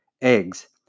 eggs